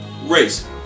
race